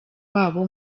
wabo